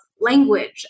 language